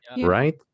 Right